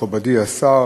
מכובדי השר,